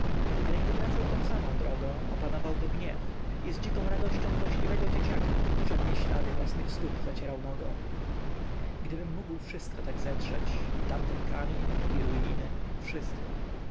ale gdy wracał tą samą drogą opanował go gniew i z dziką radością złośliwego dzieciaka poprzednie ślady własnych stóp zacierał nogą gdybym mógł wszystko tak zetrzeć i tamten kamień i ruiny wszystko